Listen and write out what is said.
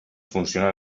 funcionen